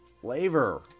flavor